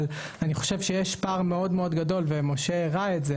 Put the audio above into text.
אבל אני חושב שיש פער מאוד מאוד גדול ומשה הראה את זה,